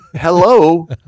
Hello